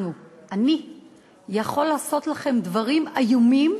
אנחנו, אני יכול לעשות לכם דברים איומים,